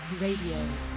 Radio